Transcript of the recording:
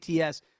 ATS